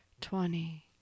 twenty